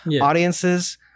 audiences